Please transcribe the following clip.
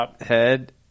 head